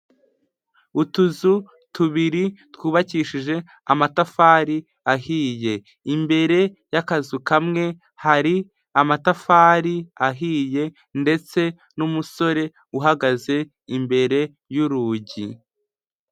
Utuzu tubiri twubakishije amatafari ahiye, imbere y'akazu kamwe hari amatafari ahiye ndetse n'umusore uhagaze imbere y'urugi.